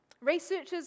Researchers